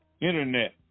Internet